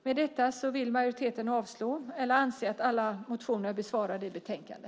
Med detta vill majoriteten avslå alla motioner i betänkandet eller anse dem besvarade.